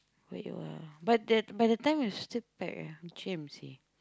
wait by the by the time it's still packed eh jam seh